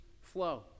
flow